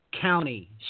county